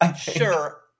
Sure